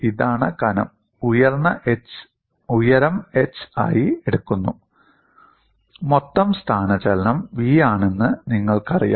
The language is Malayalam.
ഇതാണ് കനം ഉയരം h ആയി എടുക്കുന്നു മൊത്തം സ്ഥാനചലനം v ആണെന്ന് നിങ്ങൾക്കറിയാം